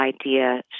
idea